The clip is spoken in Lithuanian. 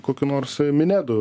kokiu nors minedu